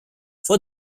for